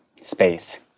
space